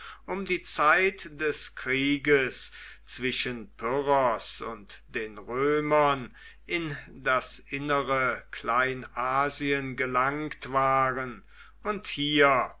um die zeit des krieges zwischen pyrrhos und den römern in das innere kleinasien gelangt waren und hier